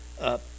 up